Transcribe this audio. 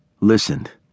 listened